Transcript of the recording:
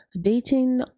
Dating